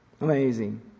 Amazing